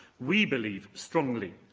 we believe strongly,